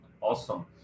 Awesome